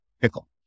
pickle